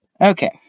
Okay